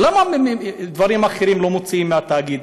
למה דברים אחרים לא מוציאים מהתאגיד?